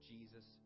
Jesus